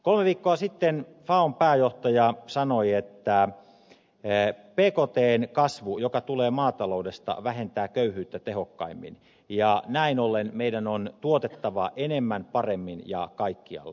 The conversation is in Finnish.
kolme viikkoa sitten faon pääjohtaja sanoi että bktn kasvu joka tulee maataloudesta vähentää köyhyyttä tehokkaimmin ja näin ollen meidän on tuotettava enemmän paremmin ja kaikkialla